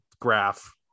graph